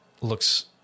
Looks